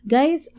Guys